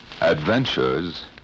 Adventures